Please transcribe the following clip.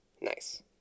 nice